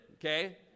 okay